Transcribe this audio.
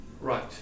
Right